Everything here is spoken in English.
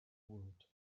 world